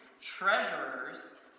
treasurers